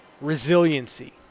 resiliency